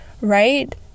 right